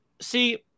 See